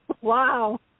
wow